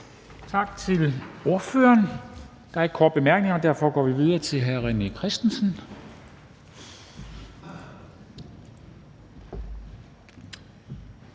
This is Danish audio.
Tak til ordføreren. Der er ikke korte bemærkninger, og derfor går vi videre til hr. René Christensen,